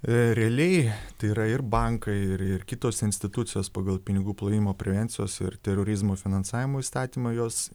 realiai tai yra ir bankai ir ir kitos institucijos pagal pinigų plovimo prevencijos ir terorizmo finansavimo įstatymą jos